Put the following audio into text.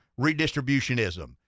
redistributionism